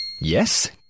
yes